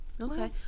okay